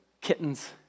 kittens